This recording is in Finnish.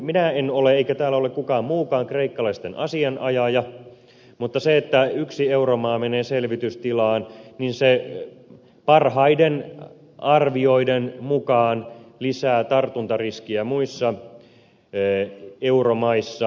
minä en ole eikä täällä ole kukaan muukaan kreikkalaisten asianajaja mutta se että yksi euromaa menee selvitystilaan parhaiden arvioiden mukaan lisää tartuntariskiä muissa euromaissa